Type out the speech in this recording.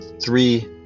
three